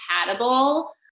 compatible